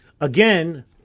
Again